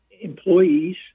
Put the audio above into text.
employees